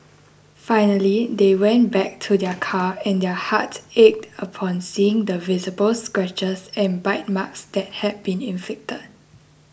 finally they went back to their car and their hearts ached upon seeing the visible scratches and bite marks that had been inflicted